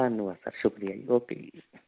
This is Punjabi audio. ਧੰਨਵਾਦ ਸਰ ਸ਼ੁਕਰੀਆ ਜੀ ਓਕੇ ਜੀ